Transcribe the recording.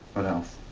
what else?